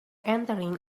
entering